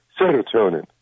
serotonin